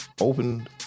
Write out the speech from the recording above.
open